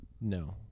no